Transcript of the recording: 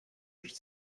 which